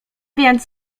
więc